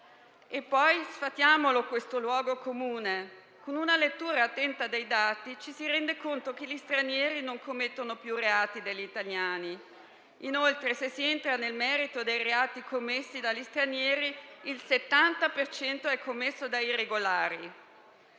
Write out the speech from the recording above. Sfatiamo poi questo luogo comune: con una lettura attenta dei dati ci si rende conto che gli stranieri non commettono più reati degli italiani. Inoltre, se si entra nel merito dei reati commessi dagli stranieri, il 70 per cento è commesso da irregolari.